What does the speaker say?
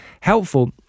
helpful